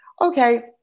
okay